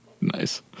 Nice